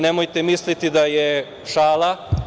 Nemojte misliti da je šala.